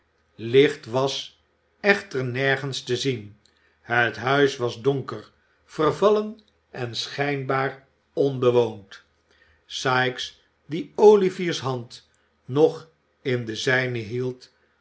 licht was echter nergens te zien het huis was donker vervallen en schijnbaar onbewoond sikes die olivier's hand nog in de zijne hield